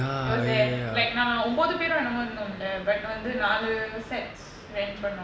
it was there நாமஒன்பதுபேரோஎன்னமோஇருந்தோம்ல:naama onbathu pero ennamo irundhomla like நாலு:naalu sets rent பண்ணோம்:pannom